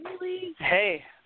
Hey